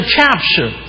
capture